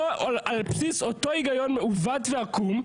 על בסיס אותו היגיון מעוות ועקום,